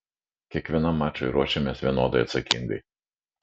kiekvienam mačui ruošiamės vienodai atsakingai